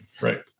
right